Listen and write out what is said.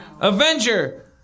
Avenger